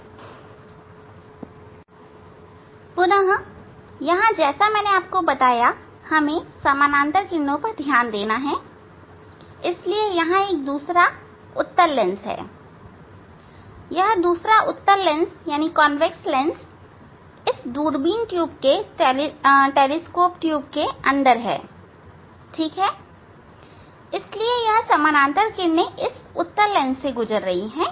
यहां पुनः जैसा मैंने आपको बताया हमें समानांतर किरणों पर ध्यान देना है इसलिए यहां एक दूसरा उत्तल लेंस है यह दूसरा उत्तल लेंस इस दूरबीन ट्यूब के अंदर है ठीक है इसलिए यह समानांतर किरणें इस उत्तल लेंस से गुजर रही हैं